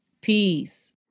Peace